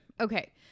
Okay